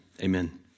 amen